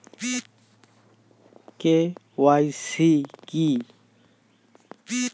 KYC কী?